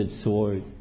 sword